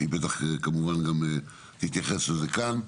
היא בטח גם תתייחס לזה כאן.